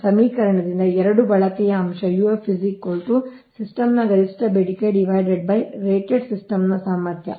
ಮತ್ತು ಸಮೀಕರಣದಿಂದ 2 ಬಳಕೆಯ ಅಂಶ UF ಸಿಸ್ಟಮ್ನ ಗರಿಷ್ಠ ಬೇಡಿಕೆ ರೇಟೆಡ್ ಸಿಸ್ಟಮ್ ಸಾಮರ್ಥ್ಯ